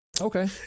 Okay